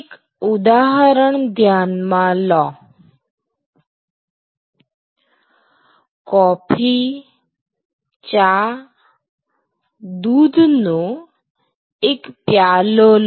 એક ઉદાહરણ ધ્યાનમાં લો કોફી ચા દૂધ નો એક પ્યાલો લો